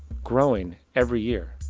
growing every year.